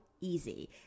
easy